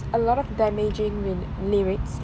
a lot of damaging in lyrics